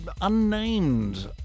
unnamed